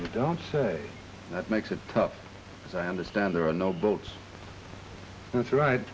don't say that makes it tough because i understand there are no boats that's right